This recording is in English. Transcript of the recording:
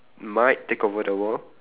might take over the world